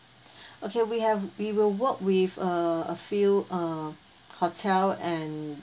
okay we have we will work with uh a few uh hotel and